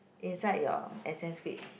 inside your essay script